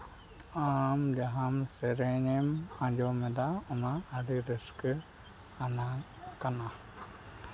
ᱟᱢ ᱡᱟᱦᱟᱸᱢ ᱥᱮᱨᱮᱧᱮᱢ ᱟᱸᱡᱚᱢᱮᱫᱟ ᱚᱱᱟ ᱟᱹᱰᱤ ᱨᱟᱹᱥᱠᱟᱹ ᱟᱱᱟᱜ ᱠᱟᱱᱟ